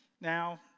now